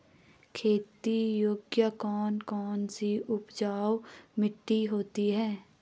खेती योग्य कौन कौन सी उपजाऊ मिट्टी होती है?